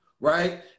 right